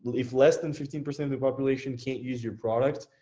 if less than fifteen percent of the population can't use your product,